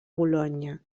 bolonya